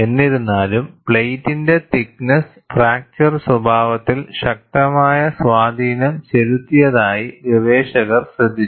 എന്നിരുന്നാലും പ്ലേറ്റിന്റെ thickness fracture സ്വഭാവത്തിൽ ശക്തമായ സ്വാധീനം ചെലുത്തിയതായി ഗവേഷകർ ശ്രദ്ധിച്ചു